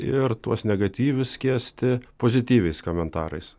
ir tuos negatyvius skiesti pozityviais komentarais